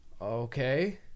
okay